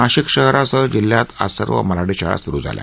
नाशिक शहरासह जिल्ह्यात आज सर्व मराठी शाळा सुरू झाल्या